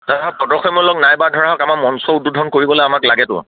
প্ৰদৰ্শনীমূলক নাইবা ধৰত আমাৰ মঞ্চ উদ্বোধন কৰিবলে আমাক লাগেতো